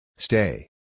Stay